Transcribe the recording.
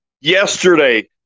yesterday